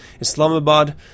Islamabad